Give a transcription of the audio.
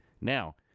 Now